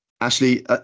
Ashley